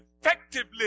effectively